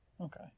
okay